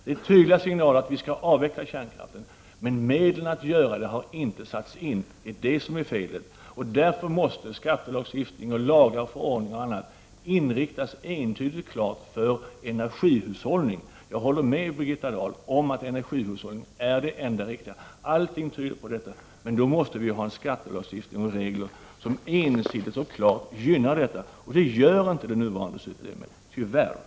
Det är tydliga signaler att vi skall avveckla kärnkraften, men medlen att göra det har inte satts in. Det är detta som är fel, och därför måste skattelagstiftningen — lagar och förordningar — entydigt och klart inriktas på en energihushållning. Jag håller med Birgitta Dahl om att energihushållning är det enda riktiga. Allting tyder på det, men vi måste då ha en skattelagstift ning och regler som entydigt och klart gynnar energihushållningen. Det gör tyvärr inte de nuvarande reglerna.